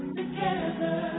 together